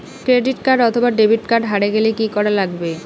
Credit card অথবা debit card হারে গেলে কি করা লাগবে?